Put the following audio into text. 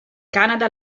canada